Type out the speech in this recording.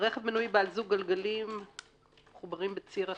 רכב מנועי בעל זוג גלגלים מחוברים בציר אחד.